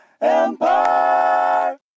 Empire